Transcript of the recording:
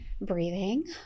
breathing